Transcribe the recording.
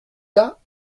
cas